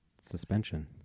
suspension